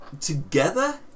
together